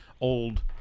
old